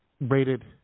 rated